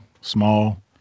small